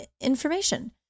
information